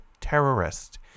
terrorist